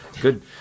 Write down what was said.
good